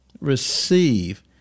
Receive